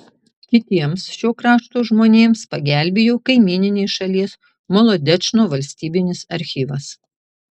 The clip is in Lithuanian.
kitiems šio krašto žmonėms pagelbėjo kaimyninės šalies molodečno valstybinis archyvas